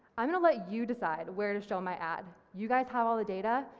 i'm gonna let you decide where to show my ad, you guys have all the data,